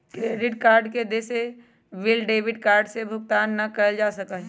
credit card के देय bill debit card से भुगतान ना कइल जा सका हई